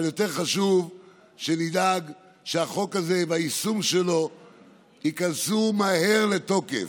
אבל יותר חשוב שנדאג שהחוק הזה והיישום שלו ייכנסו מהר לתוקף.